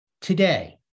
Today